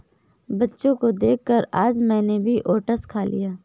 बच्चों को देखकर आज मैंने भी ओट्स खा लिया